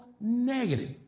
negative